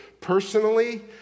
Personally